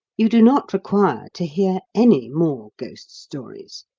you do not require to hear any more ghost stories.